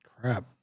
Crap